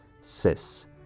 cis